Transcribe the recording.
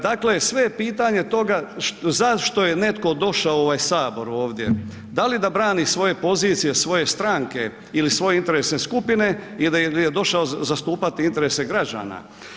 Dakle, sve je pitanje toga zašto je netko došao u ovaj sabor ovdje, da li da brani svoje pozicije, svoje stranke ili svoje interesne skupine ili je došao zastupati interese građana.